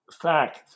fact